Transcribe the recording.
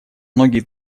многие